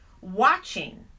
watching